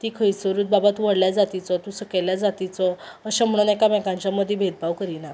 ती खंयसरूच बाबा तूं व्हडल्या जातीचो तूं सकयल्या जातीचो अशें म्हणोन एकामेकांच्या मदीं भेदभाव करिना